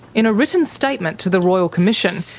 in a written statement to the royal commission,